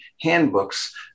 handbooks